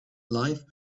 life